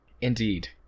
indeed